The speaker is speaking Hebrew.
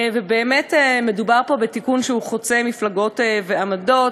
באמת מדובר פה בתיקון שהוא חוצה מפלגות ועמדות,